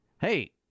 hey –